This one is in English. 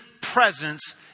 presence